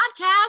Podcast